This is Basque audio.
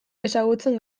ezagutzen